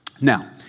Now